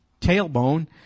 tailbone